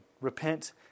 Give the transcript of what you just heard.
Repent